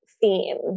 theme